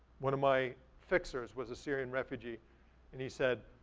one of my fixers was a syrian refugee and he said,